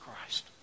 Christ